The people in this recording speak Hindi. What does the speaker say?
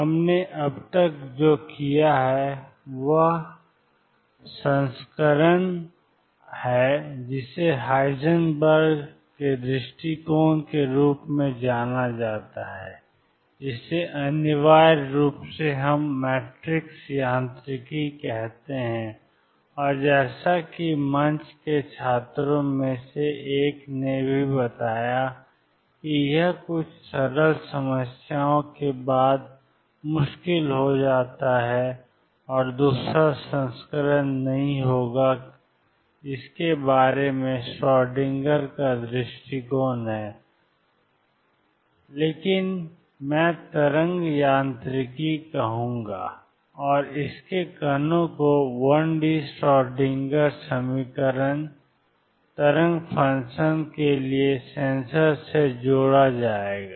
हमने अब तक जो किया है वह वह संस्करण है जिसे हाइजेनबर्ग के दृष्टिकोण के रूप में जाना जाता है जिसे अनिवार्य रूप से हम मैट्रिक्स यांत्रिकी कहते हैं और जैसा कि मंच के छात्रों में से एक ने भी बताया कि यह कुछ सरल समस्याओं के बाद मुश्किल हो जाता है और दूसरा संस्करण नहीं होगा के बारे में श्रोडिंगर का दृष्टिकोण है जो कुछ भी नहीं है लेकिन मैं तरंग यांत्रिकी कहूंगा और इसके कणों को 1 डी श्रोडिंगर समीकरण तरंग फ़ंक्शन के लिए सेंसर से जोड़ा गया है